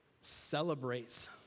celebrates